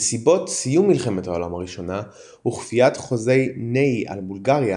נסיבות סיום מלחמת העולם הראשונה וכפיית חוזה ניי על בולגריה,